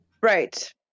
right